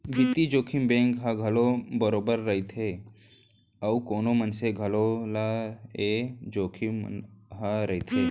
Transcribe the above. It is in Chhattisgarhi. बित्तीय जोखिम बेंक ल घलौ बरोबर रइथे अउ कोनो मनसे घलौ ल ए जोखिम ह रइथे